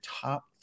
top